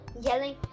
yelling